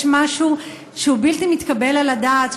יש משהו שהוא בלתי מתקבל על הדעת,